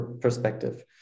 perspective